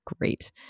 great